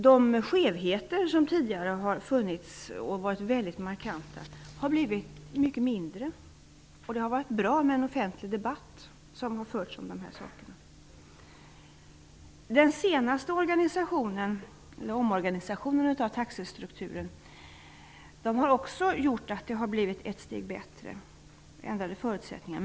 De skevheter som tidigare har funnits, och varit mycket markanta, har blivit mycket mindre. Det har varit bra att det förts en offentlig debatt om dessa saker. Den senaste förändringen av taxestrukturen har också gjort att det har blivit ett steg bättre och ändrade förutsättningar.